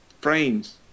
frames